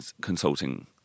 consulting